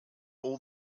all